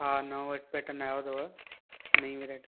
हा नओं पेटर्न आयो अथव नईं वेराइटी